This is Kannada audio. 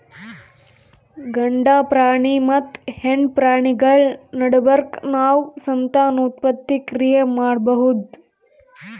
ಗಂಡ ಪ್ರಾಣಿ ಮತ್ತ್ ಹೆಣ್ಣ್ ಪ್ರಾಣಿಗಳ್ ನಡಬರ್ಕ್ ನಾವ್ ಸಂತಾನೋತ್ಪತ್ತಿ ಕ್ರಿಯೆ ಮಾಡಬಹುದ್